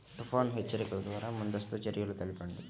తుఫాను హెచ్చరికల ద్వార ముందస్తు చర్యలు తెలపండి?